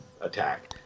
attack